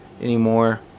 anymore